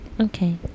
Okay